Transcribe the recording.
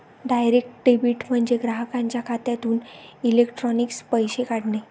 direct debit म्हणजे ग्राहकाच्या खात्यातून इलेक्ट्रॉनिक पैसे काढणे